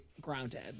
grounded